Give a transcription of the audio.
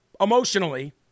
emotionally